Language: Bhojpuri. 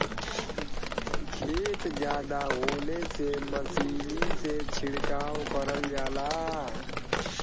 खेत जादा होले से मसीनी से छिड़काव करल जाला